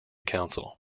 council